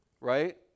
Right